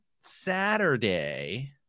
Saturday